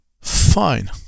Fine